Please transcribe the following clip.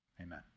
Amen